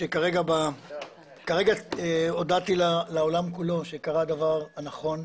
כרגע הודעתי לעולם כולו שקרה הדבר הנכון.